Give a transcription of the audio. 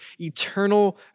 eternal